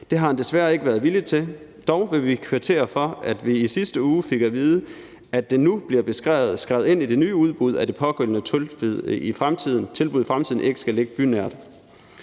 Det har han desværre ikke været villig til. Dog vil vi kvittere for, at vi i sidste uge fik at vide, at det nu bliver skrevet ind i det nye udbud, at det pågældende tilbud i fremtiden ikke skal ligge bynært.